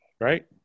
Right